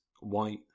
white